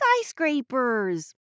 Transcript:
Skyscrapers